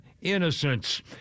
innocence